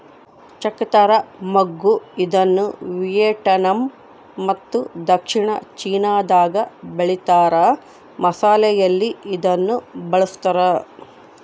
ಚಕ್ತ್ರ ಮಗ್ಗು ಇದನ್ನುವಿಯೆಟ್ನಾಮ್ ಮತ್ತು ದಕ್ಷಿಣ ಚೀನಾದಾಗ ಬೆಳೀತಾರ ಮಸಾಲೆಯಲ್ಲಿ ಇದನ್ನು ಬಳಸ್ತಾರ